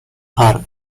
her